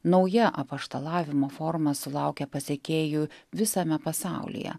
nauja apaštalavimo forma sulaukė pasekėjų visame pasaulyje